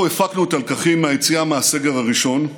אנחנו הפקנו את הלקחים מהיציאה מהסגר הראשון,